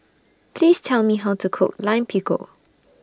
Please Tell Me How to Cook Lime Pickle